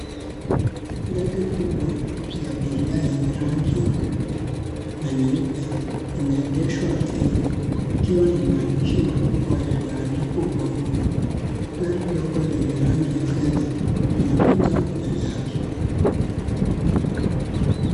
Ndege kubwa ya abiria yenye rangi ya blue na nyeupe imeegeshwa ardhini ikiwa na maandishi makubwa yaliyo andikwa ubavuni. Gari ndogo lenye rangi ya fedha linapita mbele yake.